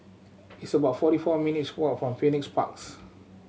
it's about forty four minutes' walk from Phoenix Parks